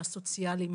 הסוציאליים,